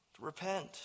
repent